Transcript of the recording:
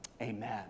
amen